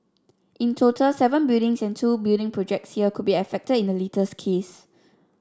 in total seven buildings and two building projects here could be affected in the latest case